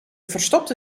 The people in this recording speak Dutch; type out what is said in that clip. verstopte